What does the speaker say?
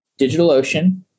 DigitalOcean